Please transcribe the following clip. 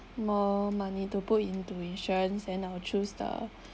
more money to put into insurance and I'll choose the